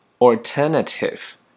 Alternative